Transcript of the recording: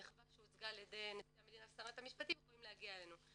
המחווה שהוצגה על ידי נשיא המדינה ושרת המשפטים יכולים להגיע אלינו.